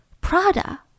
Prada